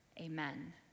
Amen